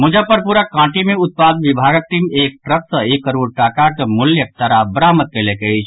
मुजफ्फरपुरक कांटी मे उत्पाद विभागक टीम एक ट्रक सँ एक करोड़ टाकाक मूल्यक शराब बरामद कयलक अछि